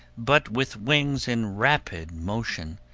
but with wings in rapid motion,